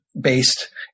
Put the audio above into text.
based